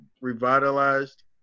revitalized